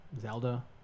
zelda